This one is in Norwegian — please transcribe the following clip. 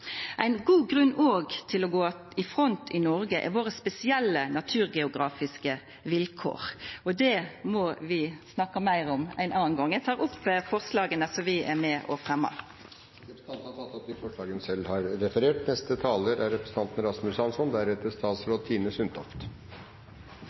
ein god grunn til å gå i front i Noreg er dei spesielle naturgeografiske vilkåra våre, og det må vi snakka meir om ein annan gong. Takk til forslagsstillerne fra Arbeiderpartiet og SV, som